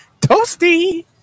Toasty